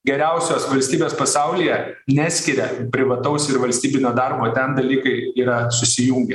geriausios valstybės pasaulyje neskiria privataus ir valstybinio darbo ten dalykai yra susijungę